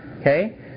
okay